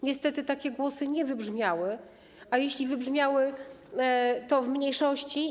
Niestety takie głosy nie wybrzmiały, a jeśli wybrzmiały, to w mniejszości.